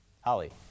Holly